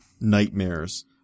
Nightmares